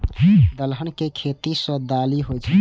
दलहन के खेती सं दालि होइ छै